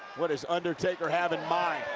what does undertaker have in mind,